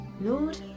Lord